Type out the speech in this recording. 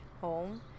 home